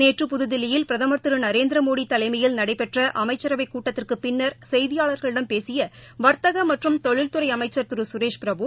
நேற்று புதுதில்லியில் பிரதமர் திரு நரேந்திரமோடி தலைமையில் நடைபெற்ற அமைச்சரவைக் கூட்டத்திற்குப் பின்னா் செய்தியாளா்களிடம் பேசிய வர்த்தக மற்றும் தொழில்துறை அமைச்சா் திரு சுரேஷ் பிரபு